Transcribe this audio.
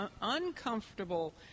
uncomfortable